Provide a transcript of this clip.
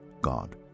God